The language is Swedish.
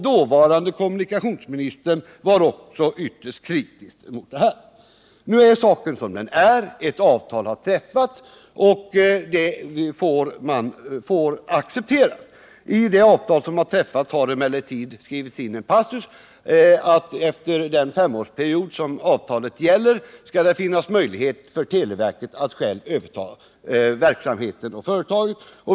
Dåvarande kommunikationsministern var också ytterst kritisk. Nu är saken som den är. Ett avtal har träffats, och det får accepteras. I det avtal som träffades har emellertid skrivits in en passus att efter den femårsperiod avtalet gäller skall det finnas möjlighet för televerket att självt överta verksamheten inom företaget.